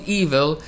evil